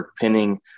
pinning